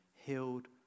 healed